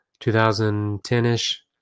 2010-ish